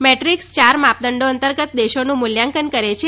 મેદ્રિક્સ ચાર માપદંડો અંતર્ગત દેશોનું મૂલ્યાંકન કરે છે